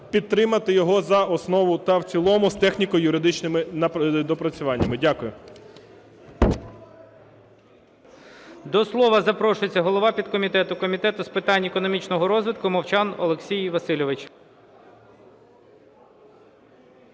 підтримати його за основу та в цілому з техніко-юридичним доопрацюванням. Дякую.